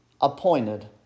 appointed